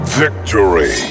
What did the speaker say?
victory